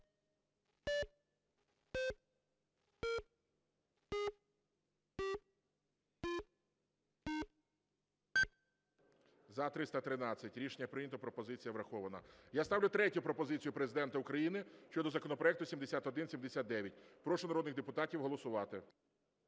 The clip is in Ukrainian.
За-313 Рішення прийнято. Пропозиція врахована. Я ставлю третю пропозицію Президента України щодо законопроекту 7179. Прошу народних депутатів голосувати.